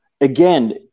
Again